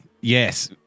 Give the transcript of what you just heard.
Yes